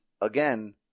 again